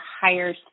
higher